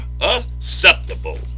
acceptable